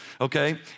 Okay